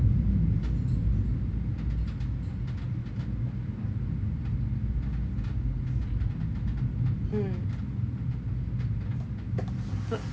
mm